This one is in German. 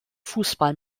fußball